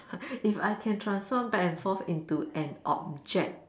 if I can transform back and forth into an object